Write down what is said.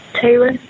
taylor